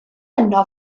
yno